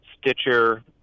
Stitcher